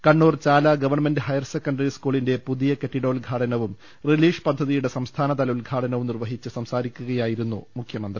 Kannur Chala government higher secondary സ്കൂളിന്റെ പുതിയകെട്ടിടോദ്ഘാടനവും relish പദ്ധതിയുടെ സംസ്ഥാന തല ഉദ്ഘാടനവും നിർവഹിച്ച് സംസാരിക്കുകയായിരുന്നു മുഖ്യമന്ത്രി